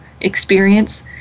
experience